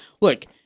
look